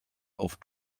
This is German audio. auf